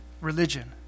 religion